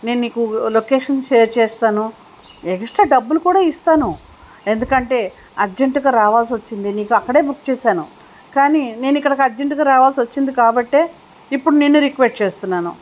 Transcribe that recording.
నేను నీకు location share చేస్తాను ఎక్స్ట్రా డబ్బులు కూడా ఇస్తాను ఎందుకంటే అర్జెంటుగా రావాల్సి వచ్చింది నీకు అక్కడే బుక్ చేశాను కానీ నేను ఇక్కడికి అర్జెంటుగా రావాల్సి వచ్చింది కాబట్టి ఇప్పుడు నేను రిక్వెస్ట్ చేస్తున్నాను